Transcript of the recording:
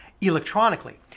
electronically